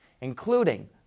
including